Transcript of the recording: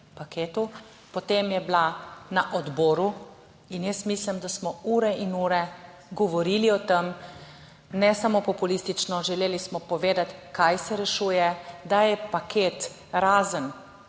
paketu, potem je bila na odboru in jaz mislim, da smo ure in ure govorili o tem, ne samo populistično, želeli smo povedati, kaj se rešuje. Da je paket razen